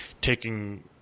taking